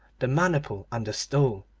the maniple and the stole.